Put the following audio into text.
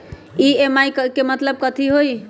EMI के मतलब कथी होई?